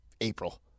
April